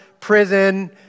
prison